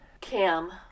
Cam